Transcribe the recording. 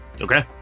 okay